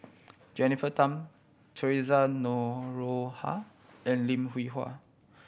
Jennifer Tham Theresa Noronha and Lim Hwee Hua